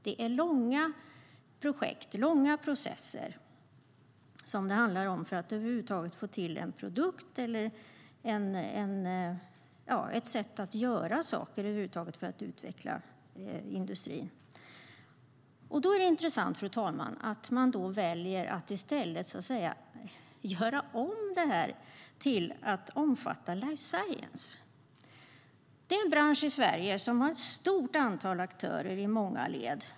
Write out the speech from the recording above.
Det krävs långa projekt och processer för att över huvud taget få till en produkt eller ett sätt att utveckla industrin. Fru talman! Då är det intressant att man väljer att i stället göra om det här till att omfatta life science. Det är en bransch i Sverige som har ett stort antal aktörer i många led.